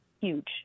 huge